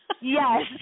Yes